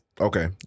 Okay